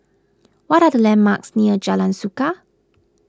what are the landmarks near Jalan Suka